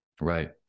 Right